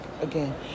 again